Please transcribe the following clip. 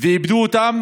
ועיבדו אותם